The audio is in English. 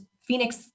Phoenix